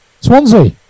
Swansea